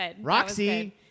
Roxy